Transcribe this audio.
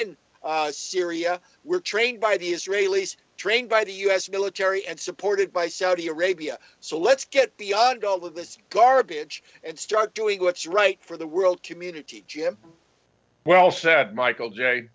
end syria were trained by the israelis trained by the us military and supported by saudi arabia so let's get beyond all of this garbage and start doing what's right for the world community jim well said michael j